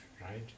right